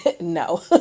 No